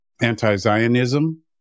anti-Zionism